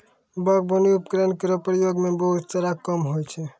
बागबानी उपकरण केरो प्रयोग सें बहुत सारा काम होय छै